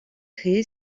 créé